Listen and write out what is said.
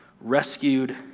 rescued